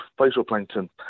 phytoplankton